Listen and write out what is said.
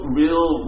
real